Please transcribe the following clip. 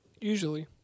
Usually